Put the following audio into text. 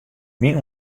myn